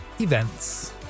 events